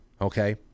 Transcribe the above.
Okay